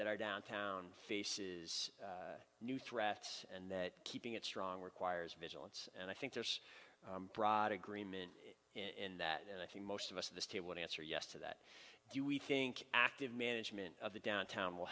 that our downtown faces new threats and that keeping it strong requires vigilance and i think there's broad agreement in that and i think most of us of the state would answer yes to that do we think active management of the downtown will